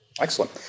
Excellent